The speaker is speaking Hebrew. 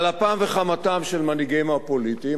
על אפם וחמתם של מנהיגיהם הפוליטיים,